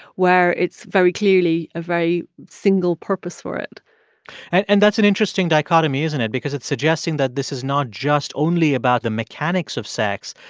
where it's very clearly a very single purpose for it and that's an interesting dichotomy, isn't it? because it's suggesting that this is not just only about the mechanics of sex,